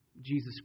Jesus